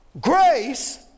grace